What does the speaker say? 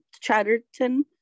Chatterton